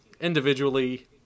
individually